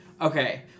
Okay